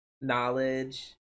knowledge